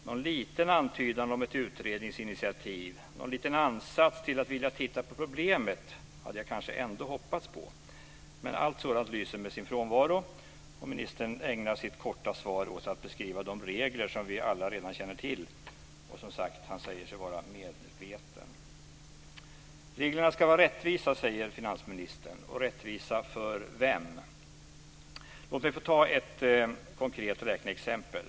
Någon liten antydan om ett utredningsinitiativ eller någon liten ansats om att man vill titta på problemet hade jag kanske ändå hoppats på, men allt sådant lyser med sin frånvaro. Ministern ägnar sitt korta svar åt att beskriva de regler som vi alla redan känner till. Han säger sig som sagt vara medveten. Reglerna ska vara rättvisa, säger finansministern. Rättvisa för vem? Låt mig få ta ett konkret räkneexempel.